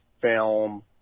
film